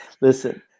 Listen